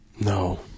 No